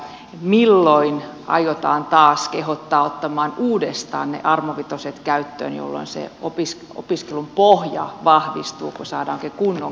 milloin aiotaan taas kehottaa ottamaan uudestaan ne neloset käyttöön jolloin se opiskelun pohja vahvistuu kun saadaan oikein kunnon kertaus aikaiseksi